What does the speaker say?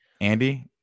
andy